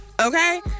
Okay